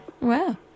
Wow